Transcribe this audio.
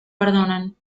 perdonan